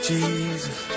Jesus